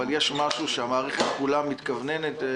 אבל יש משהו שהמערכת כולה מתכווננת אליו,